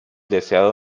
deseado